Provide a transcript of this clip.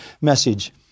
message